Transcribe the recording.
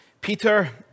Peter